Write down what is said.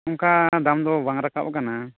ᱚᱱᱠᱟ ᱫᱟᱢᱫᱚ ᱵᱟᱝ ᱨᱟᱠᱟᱵ ᱟᱠᱟᱱᱟ